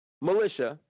Militia